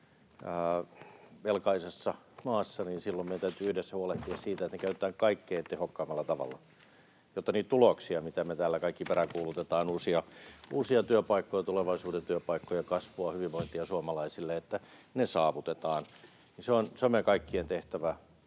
velkaisessa maassa, niin silloin meidän täytyy yhdessä huolehtia siitä, että ne käytetään kaikkein tehokkaimmalla tavalla, jotta saavutetaan niitä tuloksia, mitä me täällä kaikki peräänkuulutetaan, uusia työpaikkoja, tulevaisuuden työpaikkoja, kasvua, hyvinvointia suomalaisille. On meidän kaikkien tehtävä